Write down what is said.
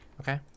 Okay